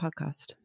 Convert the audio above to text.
podcast